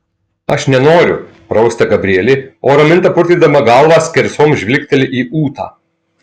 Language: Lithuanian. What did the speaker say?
aš nenoriu rausta gabrielė o raminta purtydama galvą skersom žvilgteli į ūtą